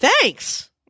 thanks